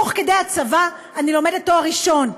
תוך כדי הצבא אני לומדת תואר ראשון,